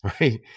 right